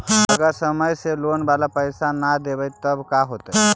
अगर समय से लोन बाला पैसा न दे पईबै तब का होतै?